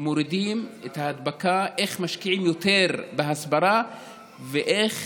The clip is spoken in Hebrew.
מורידים את ההדבקה, איך משקיעים יותר בהסברה ואיך